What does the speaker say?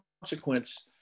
consequence